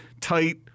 tight